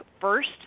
first